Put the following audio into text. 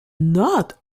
not